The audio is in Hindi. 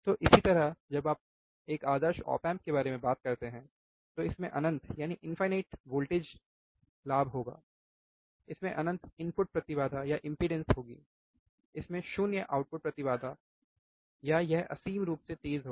तो इसी तरह जब आप एक आदर्श ऑप एम्प के बारे में बात करते हैं तो इसमें अनंत वोल्टेज लाभ होगा इसमें अनंत इनपुट प्रति बाधा होगी इसमें 0 आउटपुट प्रति बाधा होगा यह असीम रूप से तेज होगा